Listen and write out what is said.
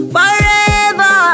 Forever